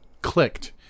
clicked